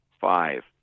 Five